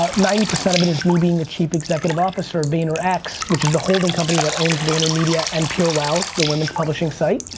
ah ninety percent of it is me being a chief executive officer, vaynerx which is the holding company that owns vaynermedia and purewow, the women's publishing site.